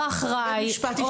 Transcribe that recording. בית משפט יצטרך --- או אחראי,